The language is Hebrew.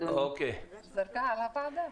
אין מתנגדים,